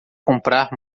comprar